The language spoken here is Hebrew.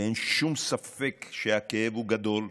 אין שום ספק שהכאב הוא גדול,